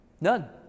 None